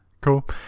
Cool